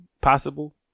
possible